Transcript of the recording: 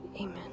Amen